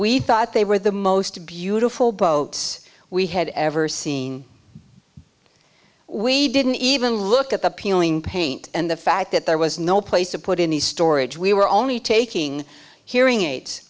we thought they were the most beautiful boats we had ever seen we didn't even look at the peeling paint and the fact that there was no place to put in the storage we were only taking hearing aid